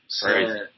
crazy